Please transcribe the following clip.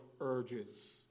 urges